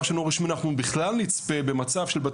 שאינו רשמי אנחנו בכלל נצפה במצב של היפרדות.